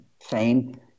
fame